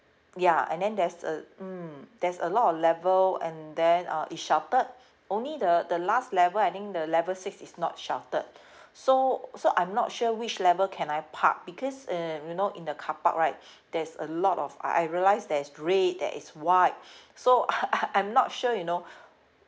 ya and then there's a mm there's a lot of level and then uh it's sheltered only the the last level I think the level six is not sheltered so so I'm not sure which level can I park because um you know in the carpark right there's a lot of I realise there is red there is white so I I I'm not sure you know